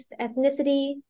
ethnicity